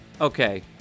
Okay